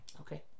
Okay